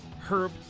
Herb